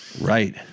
Right